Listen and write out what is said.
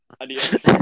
Adios